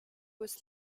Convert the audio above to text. was